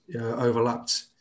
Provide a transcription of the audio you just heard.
overlapped